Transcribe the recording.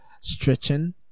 stretching